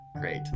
Great